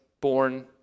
born